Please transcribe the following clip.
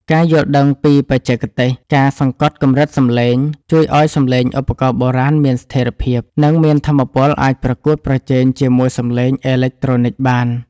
ការយល់ដឹងពីបច្ចេកទេស ការសង្កត់កម្រិតសំឡេង ជួយឱ្យសំឡេងឧបករណ៍បុរាណមានស្ថេរភាព និងមានថាមពលអាចប្រកួតប្រជែងជាមួយសំឡេងអេឡិចត្រូនិចបាន។